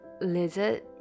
lizard